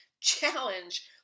challenge